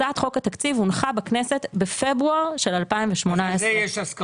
הצעת חוק התקציב הונחה בכנסת בפברואר של 2018. אז על זה יש הסכמה.